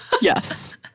yes